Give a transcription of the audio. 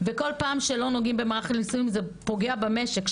וכל פעם שלא נוגעים במערך המילואים זה פוגע במשק,